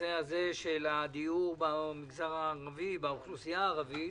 בנושא הדיור באוכלוסייה הערבית,